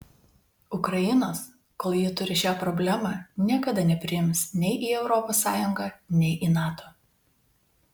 ukrainos kol ji turi šią problemą niekada nepriims nei į europos sąjungą nei į nato